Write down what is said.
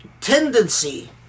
tendency